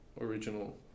original